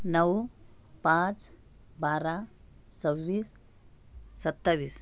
नऊ पाच बारा सव्वीस सत्तावीस